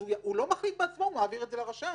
הוא לא מחליט בעצמו, הוא מעביר את זה לרשם.